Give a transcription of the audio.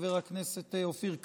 חבר הכנסת אופיר כץ,